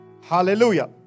Hallelujah